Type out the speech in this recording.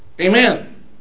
Amen